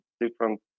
different